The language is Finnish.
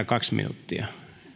kaksi minuuttia